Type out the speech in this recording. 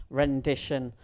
rendition